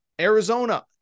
Arizona